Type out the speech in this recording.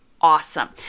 awesome